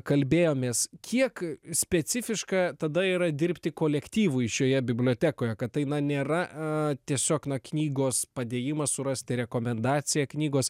kalbėjomės kiek specifiška tada yra dirbti kolektyvui šioje bibliotekoje kad tai na nėra tiesiog na knygos padėjimas surasti rekomendaciją knygos